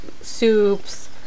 soups